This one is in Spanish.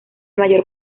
mayor